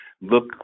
look